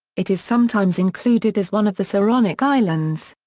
it is sometimes included as one of the saronic islands.